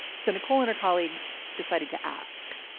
so nicole and her colleagues decided to ask